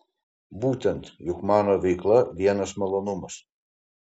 būtent juk mano veikla vienas malonumas